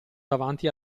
davanti